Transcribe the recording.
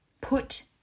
put